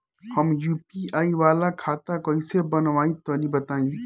हम यू.पी.आई वाला खाता कइसे बनवाई तनि बताई?